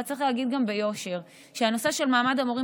אבל גם צריך להגיד ביושר שהנושא של מעמד המורים